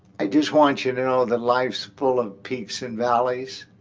i just want you to know that life's full of peaks and valleys.